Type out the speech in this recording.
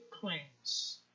claims